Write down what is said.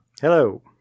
hello